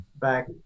back